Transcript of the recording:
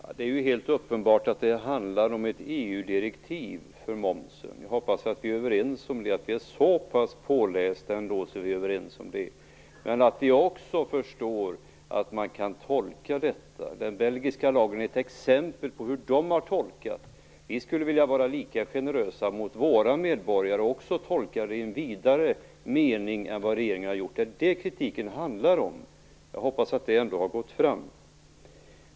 Herr talman! Det är helt uppenbart att det handlar om ett EU-direktiv för momsen. Jag hoppas att vi är så pass pålästa att vi är överens om det. Jag förstår också att man kan tolka direktivet på olika sätt. Den belgiska lagen är ett exempel på hur man har tolkat det i Belgien. Vi skulle vilja vara lika generösa mot våra medborgare och tolka direktivet i en vidare mening än vad regeringen har gjort. Det är det kritiken handlar om. Jag hoppas att det ändå har gått fram.